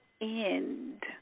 end